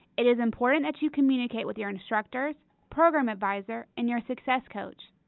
it is important that you communicate with your instructors, program advisor and your success coach.